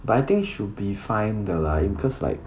but I think should be fine 的 lah because like